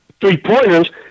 three-pointers